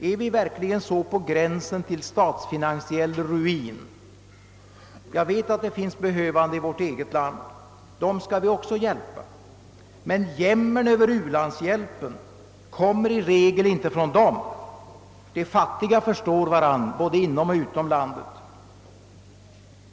Står vi verkligen så på gränsen till statsfinansiell ruin? Jag vet att det finns behövande i vårt eget land. Dem skall vi också hjälpa. Men jämmern över u-landshjälpen kommer i regel inte från dem. De fattiga förstår varann både inom och utom landet.